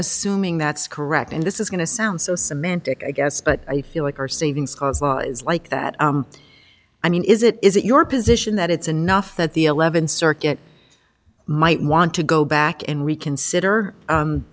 assuming that's correct and this is going to sound so semantic i guess but i feel like our savings is like that i mean is it is it your position that it's enough that the eleventh circuit might want to go back and reconsider